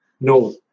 No